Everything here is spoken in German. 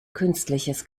künstliches